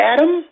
Adam